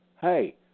Hey